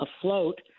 afloat